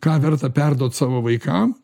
ką verta perduot savo vaikam